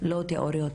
לא תיאוריות,